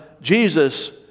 Jesus